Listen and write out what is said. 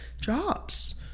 jobs